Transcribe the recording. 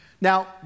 Now